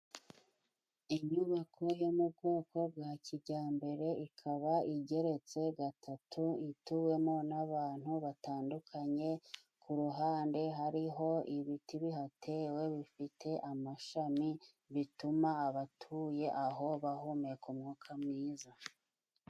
Inyubako yo mu bwoko bwa kijyambere ikaba igeretse gatatu ituwemo n'abantu batandukanye, ku ruhande hariho ibiti bihatewe bifite amashami bituma abatuye aho bahumeka umwuka mwiza.